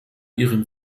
ihren